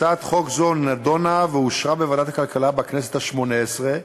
הצעת חוק זו נדונה ואושרה בוועדת הכלכלה בכנסת השמונה-עשרה,